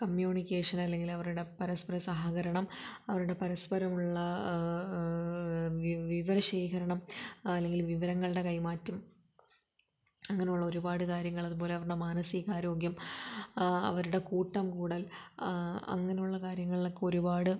communication അല്ലെങ്കിൽ അവരുടെ പരസ്പര സഹകരണം അവരുടെ പരസ്പരമുള്ള വിവരശേഖരണം അല്ലെങ്കിൽ വിവരങ്ങളുടെ കൈമാറ്റം അങ്ങനുള്ള ഒരുപാട് കാര്യങ്ങളത് പോലെ അവരുടെ മാനസിക ആരോഗ്യം അവരുടെ കൂട്ടം കൂടൽ അങ്ങനുള്ള കാര്യങ്ങളിലൊക്കെ ഒരുപാട്